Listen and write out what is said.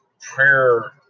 prayer